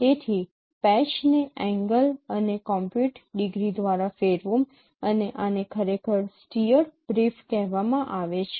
તેથી પેચને એંગલ અને કોમ્પ્યુટ ડિગ્રી દ્વારા ફેરવો અને આને ખરેખર સ્ટીઅર્ડ BRIEF કહેવામાં આવે છે